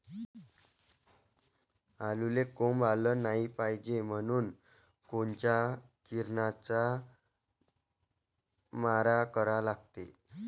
आलूले कोंब आलं नाई पायजे म्हनून कोनच्या किरनाचा मारा करा लागते?